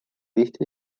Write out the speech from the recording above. tihti